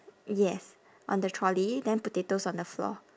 yes on the trolley then potatoes on the floor